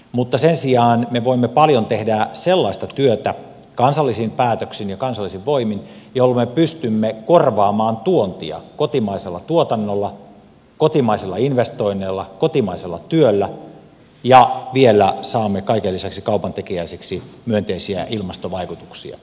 mutta sen sijaan me voimme paljon tehdä sellaista työtä kansallisin päätöksin ja kansallisin voimin jolla me pystymme korvaamaan tuontia kotimaisella tuotannolla kotimaisilla investoinneilla kotimaisella työllä ja vielä saamme kaiken lisäksi kaupantekijäisiksi myönteisiä ilmastovaikutuksia